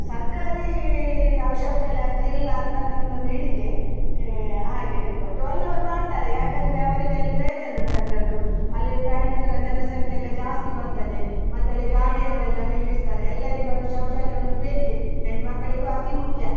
ಸರ್ಕಾರಿ ಯಾವ ಶೌಚಾಲಯ ಅಂತ ಇಲ್ಲ ಅಂತ ನನ್ನ ಒಂದು ಎಣಿಕೆ ಹಾಗೆ ಟೋಲ್ನವ್ರು ಮಾಡ್ತಾರೆ ಯಾಕೆಂದ್ರೆ ಅವರಿಗೆ ಅಲ್ಲಿ ಪ್ರಯೋಜನ ಉಂಟದ್ರದ್ದು ಅಲ್ಲಿಯ ಪ್ರಯಾಣಿಕರ ಜನಸಂಖ್ಯೆ ಎಲ್ಲ ಜಾಸ್ತಿ ಬರ್ತದೆ ಮತ್ತೆ ಅಲ್ಲಿ ಗಾಡಿ ಅವರೆಲ್ಲ ನಿಲ್ಲಿಸ್ತಾರೆ ಎಲ್ಲರಿಗು ಅದು ಶೌಚಾಲಯ ಒಂದು ಬೇಕು ಹೆಣ್ಣುಮಕ್ಕಳಿಗೂ ಅತಿ ಮುಖ್ಯ